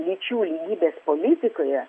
lyčių lygybės politikoje